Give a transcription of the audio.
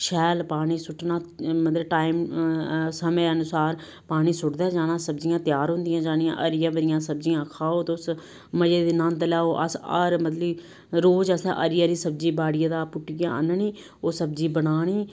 शैल पानी सुट्टना मतलब टाइम समें अनुसार पानी सुट्टदे जाना सब्जियां त्यार होंदियां जानियां हरियां बरियां सब्जियां खाओ तुस मजे दी नंद लेऔ अस हर मतलब कि रोज असें हरी हरी सब्जी बाड़ियै दा पुट्टियै आह्ननी ओह् सब्जी बनानी